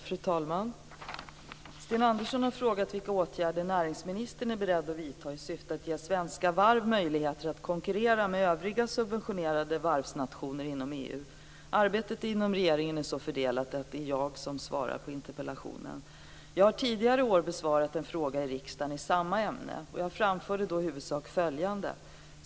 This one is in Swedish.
Fru talman! Sten Andersson har frågat vilka åtgärder näringsministern är beredd att vidta i syfte att ge svenska varv möjligheter att konkurrera med övriga subventionerade varvsnationer inom EU. Arbetet inom regeringen är så fördelat att det är jag som svarar på interpellationen. Jag har tidigare i år besvarat en fråga i riksdagen i samma ämne. Jag framförde då i huvudsak följande.